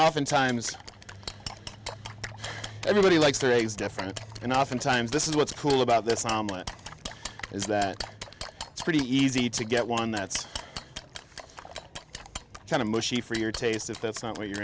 oftentimes everybody likes to raise deference and oftentimes this is what's cool about this is that it's pretty easy to get one that's kind of mushy for your taste if that's not what you're